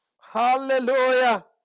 Hallelujah